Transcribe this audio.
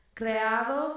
creado